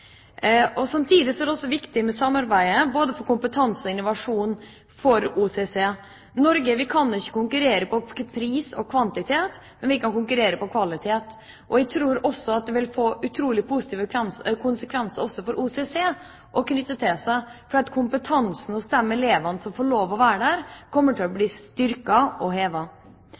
er det viktig med samarbeidet, både for kompetanse og innovasjon, for OCC. Norge kan ikke konkurrere på pris og kvantitet, men vi kan konkurrere på kvalitet. Jeg tror det vil få positive konsekvenser også for OCC å knytte til seg elever, for kompetansen hos de elevene som får lov til å være der, kommer til å bli styrket og